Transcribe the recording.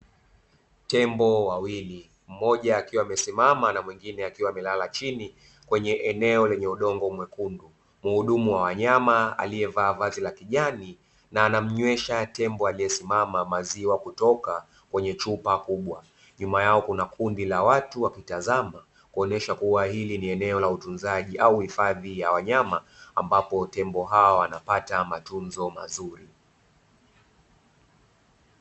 Tembo wawili, mmoja akiwa amesimama na mwingine akiwa amelala chini kwenye eneo lenye udongo mwekundu. Mhudumu wa wanyama aliyevaa vazi la kijani, na anamnywesha tembo aliyesimama maziwa kutoka kwenye chupa kubwa. Nyuma yao kuna kundi la watu wakitazama kuonyesha kuwa hili ni eneo la utunzaji au hifadhi ya wanyama, ambapo tembo hawa wanapata matunzo mazuri.